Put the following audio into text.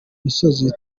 misozi